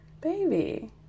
baby